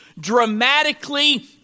dramatically